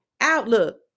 Outlook